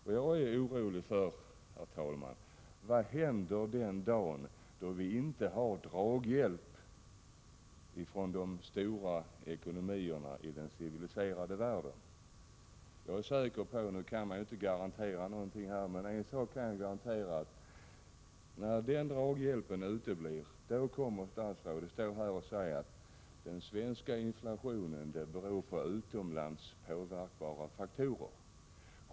Jag är, herr talman, orolig för vad som skall hända den dag då vi inte har draghjälp av de stora ekonomierna i den civiliserade världen. En sak kan jag i alla fall garantera: När den draghjälpen uteblir kommer statsrådet att stå här och säga att den svenska inflationen beror på utomlands påverkbara faktorer.